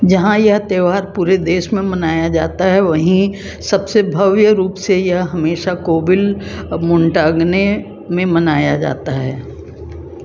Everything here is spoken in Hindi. जहाँ यह त्यौहार पूरे देश में मनाया जाता है वहीं सबसे भव्य रूप से यह हमेशा कोविल मोंटागने में मनाया जाता है